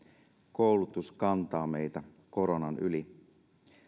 koulutus kantaa meitä koronan yli